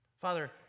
Father